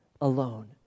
alone